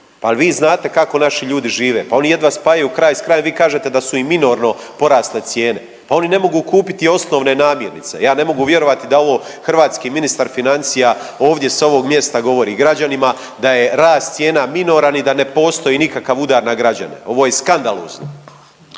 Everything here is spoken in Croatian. Pa jel vi znate kako naši ljudi žive, pa oni jedva spajaju kraj s krajem, vi kažete da su im minorono porasle cijene, pa oni ne mogu kupiti osnovne namirnice. Ja ne mogu vjerovati da ovo hrvatski ministar financija ovdje s ovog mjesta govori građanima da je rast cijena minoran i da ne postoji nikakav udar na građane, ovo je skandalozno.